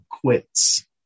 quits